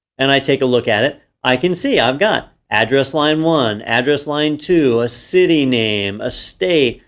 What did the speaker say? and i take a look at it, i can see i've got address line one, address line two, a city name, a state,